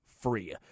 free